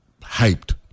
hyped